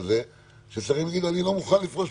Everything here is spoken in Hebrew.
אני רק אענה.